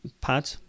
pad